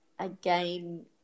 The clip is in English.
Again